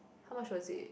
how much was it